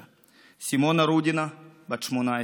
בת 16, סימונה רודין, בת 18,